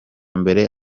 mbere